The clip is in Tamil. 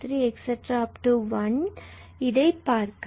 1 இதைப் பார்க்கலாம்